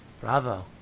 bravo